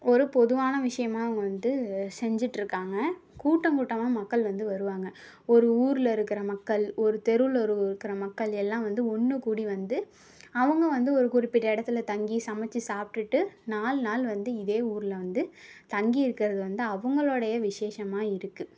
ஒரு பொதுவான விஷயமா வந்து செஞ்சிட்டிருக்காங்க கூட்ட கூட்டமாக மக்கள் வந்து வருவாங்க ஒரு ஊரில் இருக்கிற மக்கள் ஒரு தெருவில் இருக்கிற மக்கள் எல்லாம் வந்து ஒன்று கூடி வந்து அவங்க வந்து ஒரு குறிப்பிட்ட இடத்துல தங்கி சமச்சு சாப்பிட்டுட்டு நாலு நாள் வந்து இதே ஊரில் வந்து தங்கி இருக்கிறது வந்து அவங்களோடைய விஷேசமாக இருக்குது